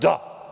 Da.